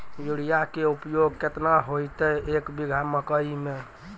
Urea के उपयोग केतना होइतै, एक बीघा मकई मे?